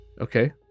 Okay